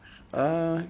uh